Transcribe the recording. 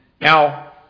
Now